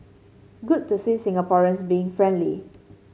good to see Singaporeans being friendly